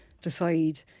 decide